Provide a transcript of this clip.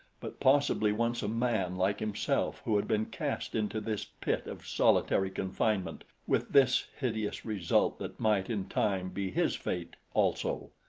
but possibly once a man like himself who had been cast into this pit of solitary confinement with this hideous result that might in time be his fate, also.